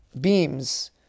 beams